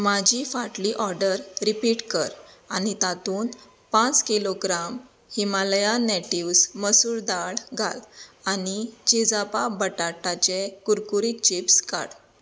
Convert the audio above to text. म्हाजी फाटली order repeat कर आनी तातूंत पांच किलोग्राम हिमालयन नेटिव्ह्ज मसूर दाळ घाल आनी चिज्जापा बटाटाचे कुरकुरीत चिप्स काड